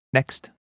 Next